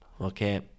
okay